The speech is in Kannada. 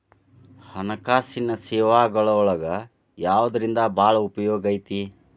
ಹಣ್ಕಾಸಿನ್ ಸೇವಾಗಳೊಳಗ ಯವ್ದರಿಂದಾ ಭಾಳ್ ಉಪಯೊಗೈತಿ?